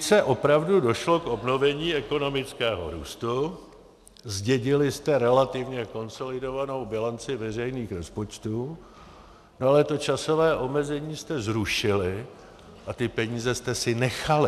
Sice opravdu došlo k obnovení ekonomického růstu, zdědili jste relativně konsolidovanou bilanci veřejných rozpočtů, ale to časové omezení jste zrušili a ty peníze jste si nechali.